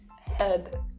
head